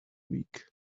week